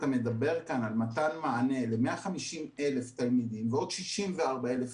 אתה מדבר כאן על מתן מענה ל-150,000 תלמידים ועוד 64,000 תלמידים,